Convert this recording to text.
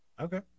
Okay